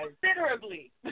considerably